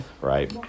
right